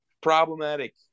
problematic